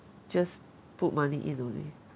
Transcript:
just put money in only